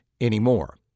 anymore